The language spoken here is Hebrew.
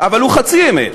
אבל הוא חצי אמת.